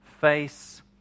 face